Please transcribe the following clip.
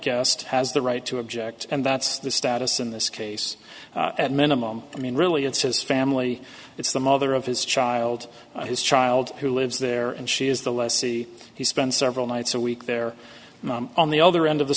guest has the right to object and that's the status in this case at minimum i mean really it's his family it's the mother of his child his child who lives there and she is the lessee he spends several nights a week there on the other end of the